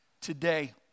today